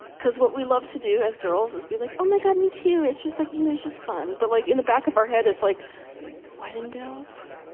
cuz, what we love to do as girls, is be like oh my god me too. it's just like, you know, it's just fun but like in the back of our head it's like wedding bells?